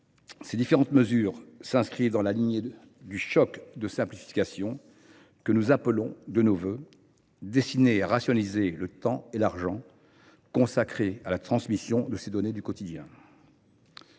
Ces différentes mesures s’inscrivent dans la lignée du choc de simplification que nous appelons de nos vœux, destiné à rationaliser le temps et l’argent consacrés à la transmission de ces documents du quotidien.